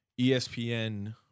ESPN